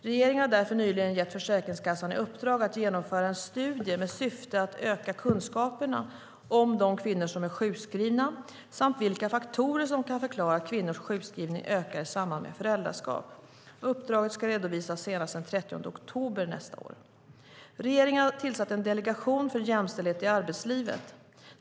Regeringen har därför nyligen gett Försäkringskassan i uppdrag att genomföra en studie med syfte att öka kunskaperna om de kvinnor som är sjukskrivna samt om vilka faktorer som kan förklara att kvinnors sjukskrivning ökar i samband med föräldraskap. Uppdraget ska redovisas senast den 30 oktober nästa år. Regeringen har tillsatt en delegation för jämställdhet i arbetslivet.